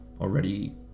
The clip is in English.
already